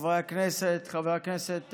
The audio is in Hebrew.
חברי הכנסת, חבר הכנסת